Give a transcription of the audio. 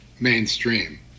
mainstream